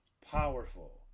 powerful